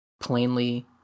plainly